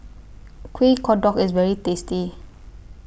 Kuih Kodok IS very tasty